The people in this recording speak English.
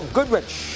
Goodrich